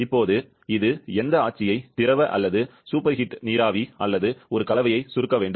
இப்போது இது எந்த ஆட்சியை திரவ அல்லது சூப்பர் ஹீட் நீராவி அல்லது ஒரு கலவையை சுருக்க வேண்டும்